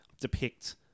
depict